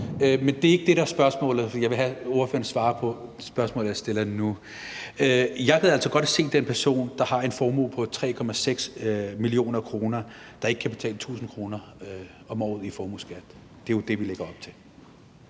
men det er ikke det, der er spørgsmålet, for jeg vil have, at ordføreren svarer på det spørgsmål, jeg stiller nu. Jeg gad altså godt at se den person, der har en formue på 3,6 mio. kr., og som ikke kan betale 1.000 kr. om året i formueskat. Det er jo det, vi lægger op til.